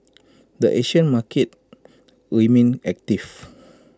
the Asian market remained active